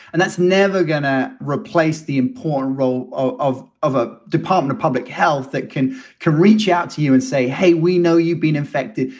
and that's never going to replace the important role ah of of a department of public health that can to reach out to you and say, hey, we know you've been infected,